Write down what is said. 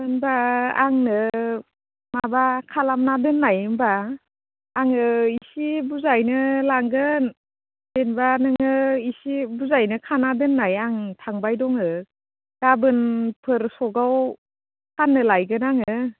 होनब्ला आंनो माबा खालामना दोननाय होमब्ला आङो एसे बुरजायैनो लांगोन जेनेबा नोङो एसे बुरजायैनो खाना दोननाय आं थांबाय दङो गाबोनफोर सखआव फाननो लायगोन आङो